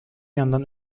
yandan